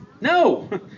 No